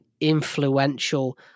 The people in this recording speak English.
influential